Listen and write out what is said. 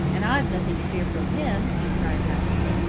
and i've nothing to fear from him, he cried happily.